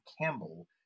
campbell